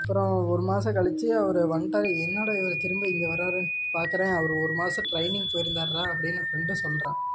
அப்புறம் ஒரு மாதம் கழித்து அவர் வந்துட்டாரு என்னடா இவர் திரும்ப இங்கே வராருன்னு பாக்கிறேன் அவர் ஒரு மாதம் ட்ரைனிங் போயிருந்தார்டா அப்படின்னு ஃப்ரெண்ட்டு சொல்கிறான்